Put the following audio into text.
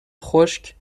خشک